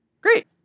Great